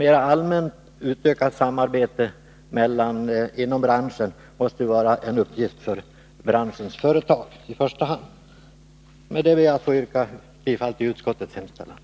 Ett ökat samarbete inom branschen måste vara en uppgift för i första hand branschens företag. Med detta ber jag att få yrka bifall till utskottets hemställan.